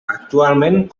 actualment